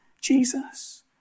Jesus